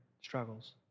struggles